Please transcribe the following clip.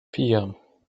vier